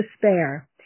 despair